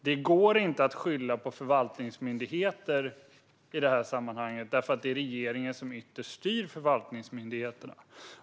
Det går inte att skylla på förvaltningsmyndigheter i detta sammanhang, för det är regeringen som ytterst styr förvaltningsmyndigheterna.